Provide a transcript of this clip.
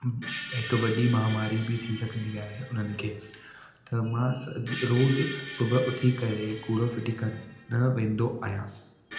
हिक वॾी महामारी बि थी सघंदी आहे उन्हनि खे त मां रोज़ु सुबूह उथी करे कूड़ो फ़िटी करणु वेंदो आहियां